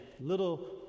little